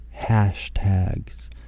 hashtags